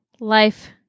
Life